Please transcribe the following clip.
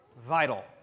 Vital